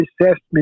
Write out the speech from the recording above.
Assessment